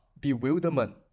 bewilderment